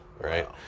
right